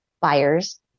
buyers